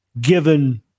given